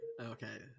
Okay